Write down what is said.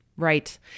right